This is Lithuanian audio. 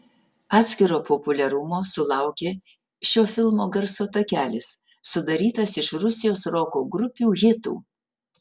atskiro populiarumo sulaukė šio filmo garso takelis sudarytas iš rusijos roko grupių hitų